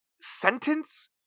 sentence